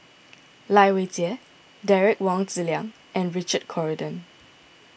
Lai Weijie Derek Wong Zi Liang and Richard Corridon